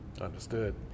Understood